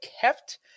kept